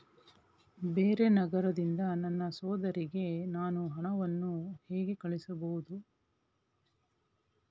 ಬೇರೆ ನಗರದಿಂದ ನನ್ನ ಸಹೋದರಿಗೆ ನಾನು ಹಣವನ್ನು ಹೇಗೆ ಕಳುಹಿಸಬಹುದು?